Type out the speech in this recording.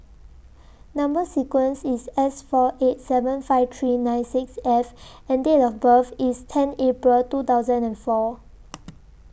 Number sequence IS S four eight seven five three nine six F and Date of birth IS ten April two thousand and four